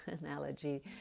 analogy